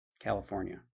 California